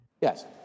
Yes